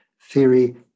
theory